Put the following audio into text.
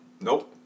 Nope